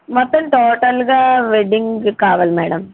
మొత్తం టోటల్గా వెడ్డింగ్ కావాలి మ్యాడమ్